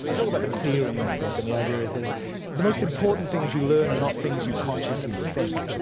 i so but the clearing in the book and the idea that the the most important things you learn are not things you consciously think,